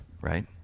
right